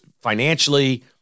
financially